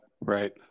Right